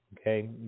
okay